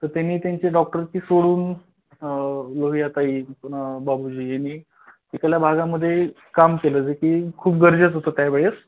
तर त्यांनी त्यांचे डॉक्टरकी सोडून लोहियाताई प बाबूजी यांनी तिथल्या भागामध्ये काम केलं जे की खूप गरजेच होतं त्या वळेस